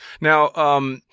Now –